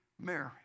Mary